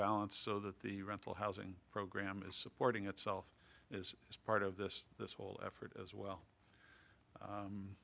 balance so that the rental housing program is supporting itself is part of this this whole effort as well